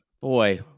Boy